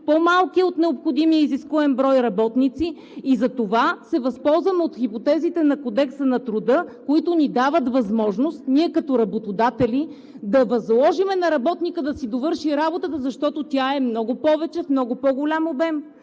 по-малко от необходимия изискуем брой работници. Затова се възползваме от хипотезите на Кодекса на труда, които ни дават възможност ние като работодатели, да възложим на работника да си довърши работата, защото тя е много повече, в много по-голям обем.